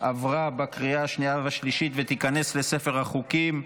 עברה בקריאה השנייה והשלישית ותיכנס לספר החוקים.